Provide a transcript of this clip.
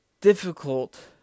difficult